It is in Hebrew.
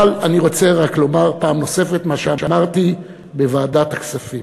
אבל אני רוצה רק לומר פעם נוספת מה שאמרתי בוועדת הכספים: